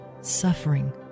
suffering